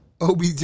OBJ